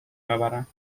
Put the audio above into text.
آورند